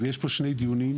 יש פה שני דיונים,